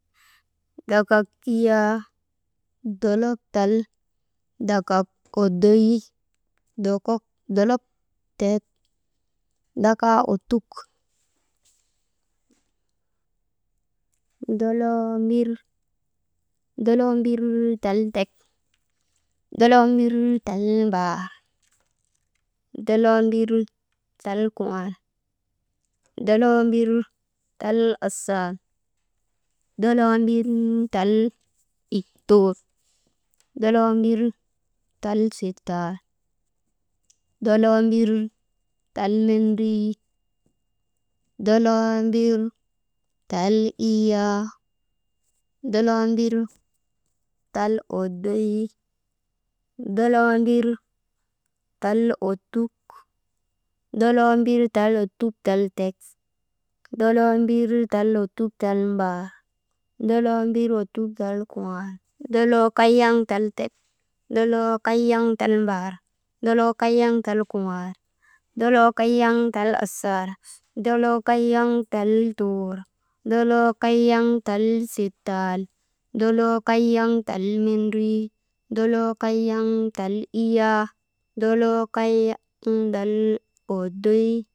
Dakak iyyaa, dolok tal dakak oddoy, dokok tek, dakaa ottuk, doloo mbir, doloo mbir tal tek, doloo mbir tal mbaar, doloo mbir tal kuŋaal, doloo mbir tal, asaal, doloo mbir tal tuur, doloo mbir tal sittal, doloo mbir tal mendrii, doloo mbir tal iyyaa, doloo mbir tal oddoy, doloo mbir tal ottuk, doloo mbir tal ottuk tal tek, doloo mbir tal ottuk tal mbaar doloo mbir ottuk tal kuŋaal, doloo kayaŋ tal tek, doloo kayaŋ tal mbaar, doloo kayaŋ tal asaal, doloo kayaŋ tal tuur, doloo kayaŋ tal sittal, doloo kayaŋ tal mendrii, doloo kayaŋ tal iyyaa, doloo kayaŋ tal oddoy.